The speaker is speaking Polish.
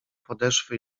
podeszwy